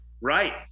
right